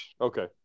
Okay